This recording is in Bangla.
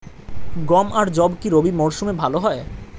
গম আর যব কি রবি মরশুমে ভালো হয়?